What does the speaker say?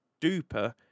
duper